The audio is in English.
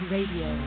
Radio